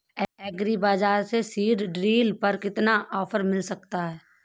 Agree Bazaar से seed drill पर कितना ऑफर मिल सकता है?